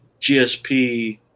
GSP